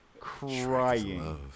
Crying